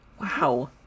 wow